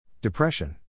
Depression